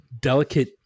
delicate